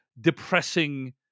depressing